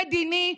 מדיני,